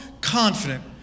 confident